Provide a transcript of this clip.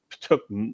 took